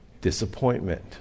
disappointment